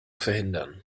verhindern